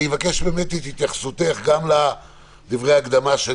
אני מבקש באמת את התייחסותך גם לדברי ההקדמה שלי